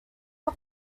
all